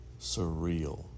surreal